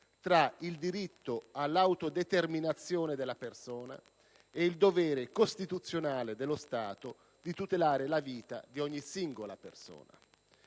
tra il diritto all'autodeterminazione della persona e il dovere costituzionale dello Stato di tutelare la vita di ogni singola persona.